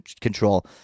control